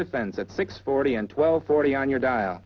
defense at six forty and twelve forty on your dial